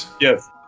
Yes